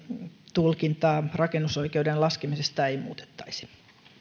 tulkintaa rakennusoikeuden laskemisesta ei muutettaisi